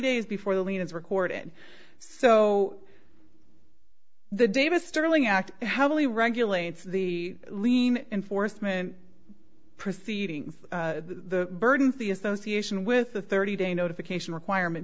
days before the lien is recorded so the davis sterling act heavily regulates the lien enforcement proceedings the burden the association with the thirty day notification requirement